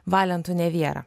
valentu neviera